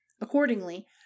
Accordingly